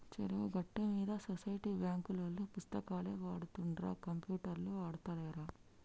చెరువు గట్టు మీద సొసైటీ బాంకులోల్లు పుస్తకాలే వాడుతుండ్ర కంప్యూటర్లు ఆడుతాలేరా